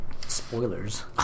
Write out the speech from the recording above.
Spoilers